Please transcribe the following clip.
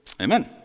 Amen